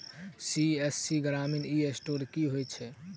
CSC ग्रामीण e store की होइ छै?